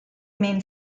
main